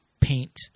paint